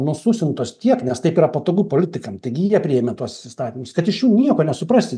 nususintos tiek nes taip yra patogu politikams taigi jie priėmė tuos įstatymus kad šių nieko nesuprasi